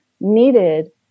needed